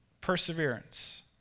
Perseverance